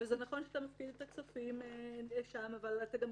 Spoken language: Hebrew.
זה נכון שאתה מפקיד את הכספים שם, אבל אתה לא